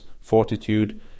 fortitude